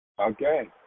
okay